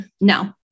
No